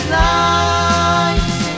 lives